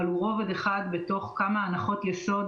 אבל הוא רובד אחד בתוך כמה הנחות יסוד